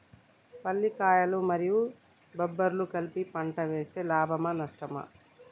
పల్లికాయలు మరియు బబ్బర్లు కలిపి పంట వేస్తే లాభమా? నష్టమా?